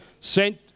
sent